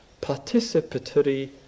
participatory